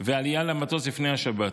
ועלייה למטוס לפני השבת.